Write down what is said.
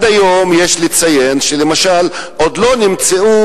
ועד היום יש לציין שלמשל עוד לא נמצאו